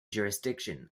jurisdiction